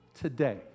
today